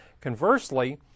Conversely